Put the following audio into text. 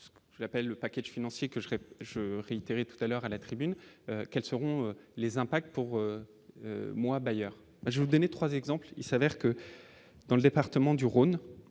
ce qu'appelle le package financier que je rêve, je réitère et tout à l'heure à la tribune, quels seront les impacts pour moi bailleurs je vous donner 3 exemples, il s'avère que dans le département du Rhône,